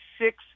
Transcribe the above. six